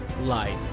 life